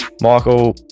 Michael